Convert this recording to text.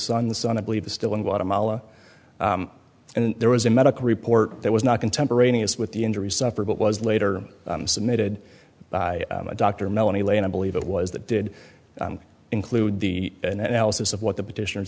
son the son i believe the still in guatemala and there was a medical report that was not contemporaneous with the injuries suffered but was later submitted by a doctor melanie lane i believe it was that did include the analysis of what the petitioners